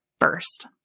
first